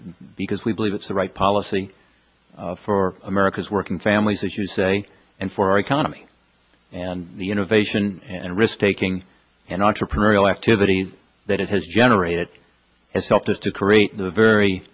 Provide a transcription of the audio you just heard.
because we believe it's the right policy for america's working families as you say and for our economy and the innovation and risk taking and entrepreneurial activity that it has generated has helped us to create the very